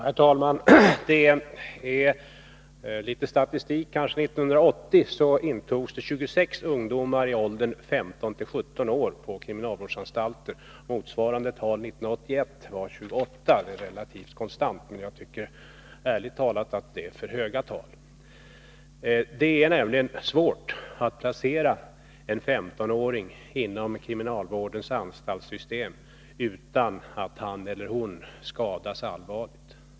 Herr talman! Jag kan redovisa litet statistik. Under 1980 intogs 26 ungdomar i åldern 15-17 år på kriminalvårdsanstalter. Motsvarande tal 1981 var 28. Det är således relativt konstanta tal. Jag tycker ärligt talat att de är för höga. Det är nämligen svårt att placera en 15-åring inom kriminalvårdens anstaltssystem utan att han eller hon skadas allvarligt.